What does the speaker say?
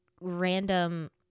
random